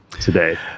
today